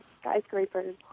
skyscrapers